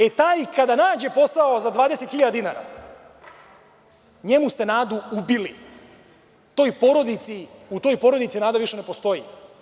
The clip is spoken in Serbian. E, taj kada nađe posao za 20.000 dinara, njemu ste nadu ubili, u toj porodici više nada ne postoji.